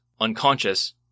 unconscious